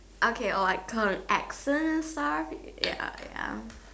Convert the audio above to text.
okay oh I got an accent sorry ya ya